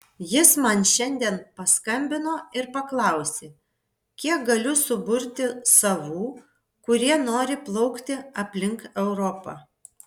jis man šiandien paskambino ir paklausė kiek galiu suburti savų kurie nori plaukti aplink europą